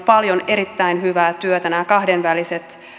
paljon erittäin hyvää työtä nämä kahdenväliset